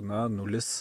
na nulis